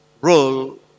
role